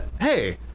hey